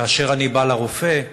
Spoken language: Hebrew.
כשאני בא לרופא,